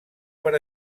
per